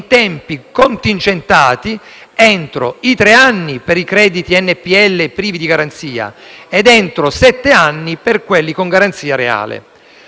in tempi contingentati entro i tre anni per i crediti *non performing loan* (NPL) privi di garanzia ed entro sette anni per quelli con garanzia reale.